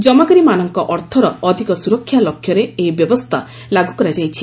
ଜମାକାରୀମାନଙ୍କ ଅର୍ଥର ଅଧିକ ସୁରକ୍ଷା ଲକ୍ଷ୍ୟରେ ଏହି ବ୍ୟବସ୍ଥା ଲାଗୁ କରାଯାଇଛି